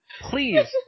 please